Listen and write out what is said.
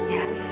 Yes